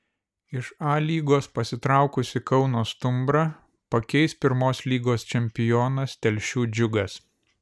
iš a lygos pasitraukusį kauno stumbrą pakeis pirmos lygos čempionas telšių džiugas